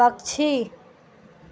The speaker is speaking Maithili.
पक्षी